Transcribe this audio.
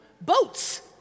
boats